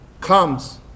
comes